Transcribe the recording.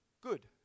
good